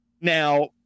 Now